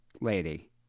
lady